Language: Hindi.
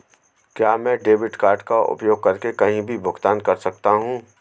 क्या मैं डेबिट कार्ड का उपयोग करके कहीं भी भुगतान कर सकता हूं?